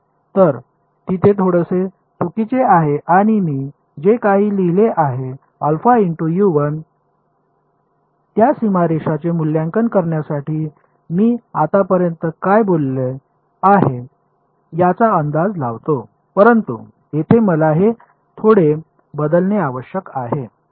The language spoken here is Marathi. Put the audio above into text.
तर तिथे थोडेसे चुकीचे आहे आणि मी जे काही लिहिले आहे त्या सीमारेषाचे मूल्यांकन करण्यासाठी मी आतापर्यंत काय बोलले आहे याचा अंदाज लावतो परंतु तेथे मला हे थोडे बदलणे आवश्यक आहे